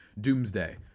doomsday